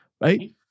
Right